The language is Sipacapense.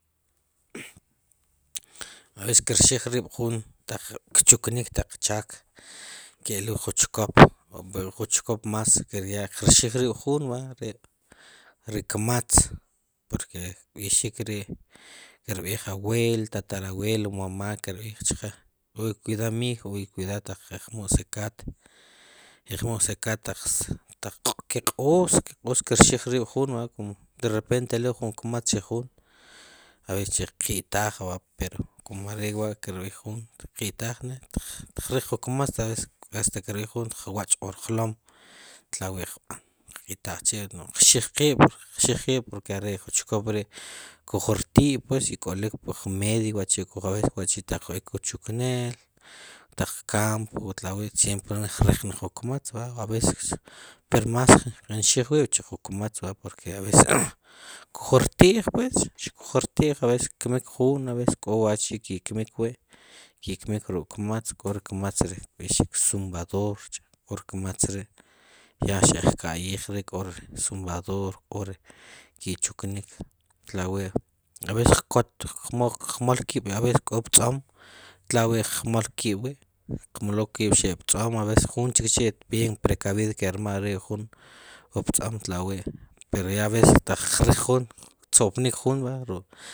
Aces kir xijrib' jun ta'q kchuknik ta'q pchak ke'lul jun chkop ju chkop mas kirya' kirxij rib' jun verdad ri kmatz poque kb'ixik ri' kirb'ib abuelo tatarabuelo mamá kirb'j cheqe k'o i cuidado mijo taq keqmul zacate ta'q keq'ooj kerxij rb' jun verdad de repente telul jun kmatz chij jun a veces qwitaj kum are' wa' kirb'ijin qwitajne ta'q qriq jun kmatz hasta kirb'ij jun qwach' wir jlom tlawi' qb'an qwitaj chi' nuj qxij quib' xq are' jun chokp ri' qujr ti' y k'olik pq medio machi' kuj eek chukneel taq campo tawi' siemore ne qriiq jun kmatz a veces pero mas kinxijwib' chij jun kmatz porque a veces kujurtij pues xkujurtij a veces kmik jun a veces k'o wachi' ki' kmik wi' rek' kmatz k'o ri kmatz rikb'ixink sumbadora k'o ri kamtz ri' ya xeqkayij k'o ri sumbadora k'o re ki' chuknik talwi' a veces kmolkib' k'o ri ptzom tlawi' kmolkib' kmlokib' xe' ptzom aveces jun chikchi' bien precabido ker ma jun wu ptzom talawi' pero a veces taq qriq jun ktzopnik jun verdad